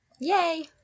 Yay